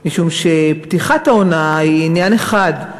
משום שפתיחת העונה היא עניין אחד,